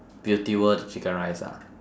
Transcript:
beauty world the chicken rice ah